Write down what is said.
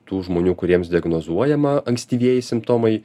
tų žmonių kuriems diagnozuojama ankstyvieji simptomai